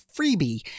freebie